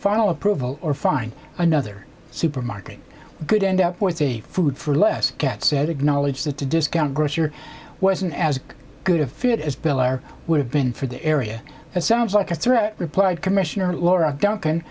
final approval or find another supermarket good end up with the food for less katz said acknowledge that the discount grocer wasn't as good a fit as bill or would have been for the area sounds like a threat replied commissioner laura duncan